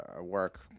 work